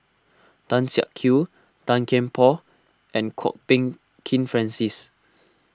Tan Siak Kew Tan Kian Por and Kwok Peng Kin Francis